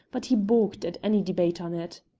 but he baulked at any debate on it.